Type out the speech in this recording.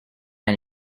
and